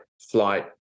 flight